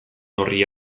horri